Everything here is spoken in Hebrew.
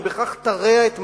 ובכך תרע את מעמדם.